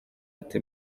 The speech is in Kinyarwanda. ati